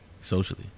socially